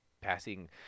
passing